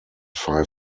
five